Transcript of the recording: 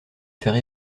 faire